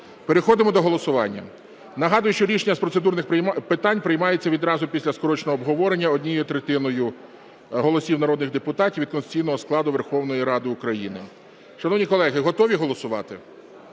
переходимо до голосування. Нагадую, що рішення з процедурних питань приймається відразу після скороченого обговорення однією третиною голосів народних депутатів від конституційного складу Верховної Ради України. Шановні колеги, готові голосувати?